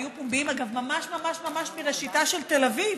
היו פומביים ממש מראשיתה של תל אביב,